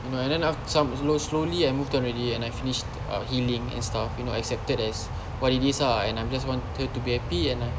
you know and then some slowly I move on already and I finished healing and stuff you know accepted as what it is ah and I just wanted her to be happy and I